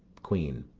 queen.